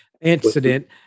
incident